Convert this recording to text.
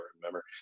remember